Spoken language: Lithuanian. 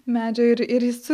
medžio ir ir jis